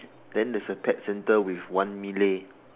then there's a pet center with one mini